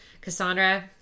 Cassandra